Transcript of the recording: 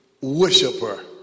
worshiper